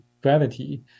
gravity